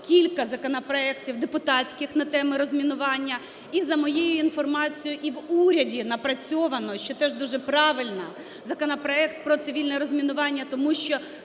кілька законопроектів депутатських на тему розмінування. І за моєю інформацією, і в уряді напрацьовано, що теж дуже правильно, законопроект про цивільне розмінування, тому що